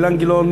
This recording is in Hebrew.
אילן גילאון,